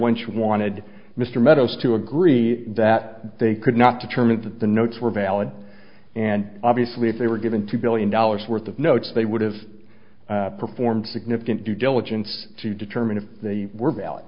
lynch wanted mr meadows to agree that they could not determine that the notes were valid and obviously if they were given two billion dollars worth of notes they would have performed significant due diligence to determine if they were val